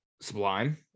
Sublime